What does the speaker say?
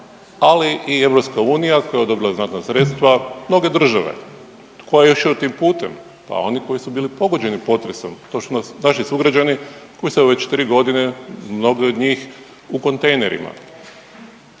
ali i EU koja je odobrila znatna sredstva mnoge države. Tko je … tim putem? Pa oni koji su bili pogođeni potresom to su naši sugrađani koji su evo već tri godine mnogi od njih u kontejnerima.